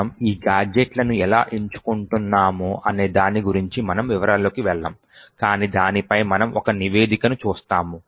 మనము ఈ గాడ్జెట్లను ఎలా ఎంచుకుంటున్నాం అనే దాని గురించి మనము వివరాల్లోకి వెళ్ళము కాని దీనిపై మనము ఒక నివేదికను చూస్తాము